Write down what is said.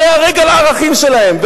על הערכים שלהם,